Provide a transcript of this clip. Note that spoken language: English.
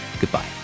goodbye